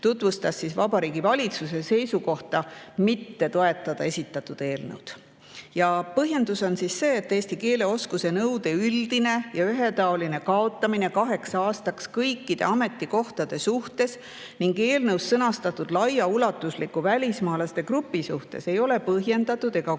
tutvustas Vabariigi Valitsuse seisukohta mitte toetada esitatud eelnõu. Põhjendus oli see, et eesti keele oskuse nõude üldine ja ühetaoline kaotamine kaheks aastaks kõikide ametikohtade suhtes ning eelnõus sõnastatud laiaulatusliku välismaalaste grupi suhtes ei ole põhjendatud ega kooskõlas